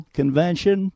convention